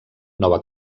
nova